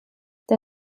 der